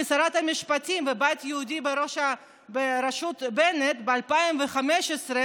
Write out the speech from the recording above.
כשרת המשפטים בבית היהודי בראשות בנט ב-2015,